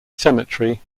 cemetery